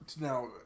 Now